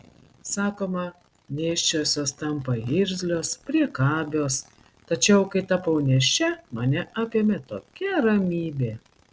sakoma nėščiosios tampa irzlios priekabios tačiau kai tapau nėščia mane apėmė tokia ramybė